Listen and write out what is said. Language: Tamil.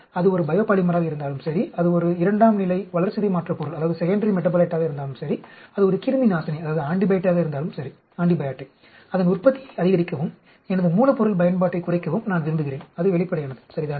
அது ஒரு பயோபாலிமராக இருந்தாலும் சரி அது ஒரு இரண்டாம் நிலை வளர்சிதை மாற்றப் பொருளாக இருந்தாலும் சரி அது ஒரு கிருமிநாசினியாக இருந்தாலும் சரி அதன் உற்பத்தியை அதிகரிக்கவும் எனது மூலப்பொருள் பயன்பாட்டைக் குறைக்கவும் நான் விரும்புகிறேன் அது வெளிப்படையானது சரிதானே